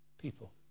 people